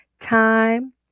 time